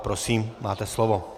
Prosím, máte slovo.